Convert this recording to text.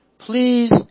Please